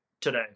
today